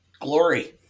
Glory